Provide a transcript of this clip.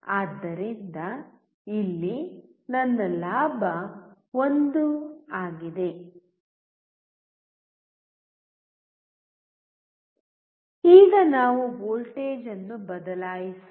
ಆದ್ದರಿಂದ ಇಲ್ಲಿ ನನ್ನ ಲಾಭ 1 ಆಗಿದೆ ಈಗ ನಾವು ವೋಲ್ಟೇಜ್ ಅನ್ನು ಬದಲಾಯಿಸೋಣ